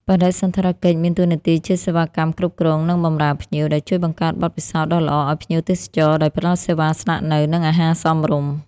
បដិសណ្ឋារកិច្ចមានតួនាទីជាសេវាកម្មគ្រប់គ្រង និងបម្រើភ្ញៀវ ដែលជួយបង្កើតបទពិសោធន៍ដ៏ល្អឲ្យភ្ញៀវទេសចរដោយផ្តល់សេវាស្នាក់នៅ និងអាហារសមរម្យ។